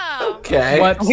okay